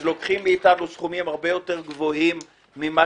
בעצם לוקחים לנו סכומים הרבה יותר גבוהים ממה